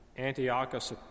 Antiochus